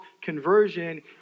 conversion